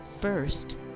first